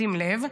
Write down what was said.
שים לב,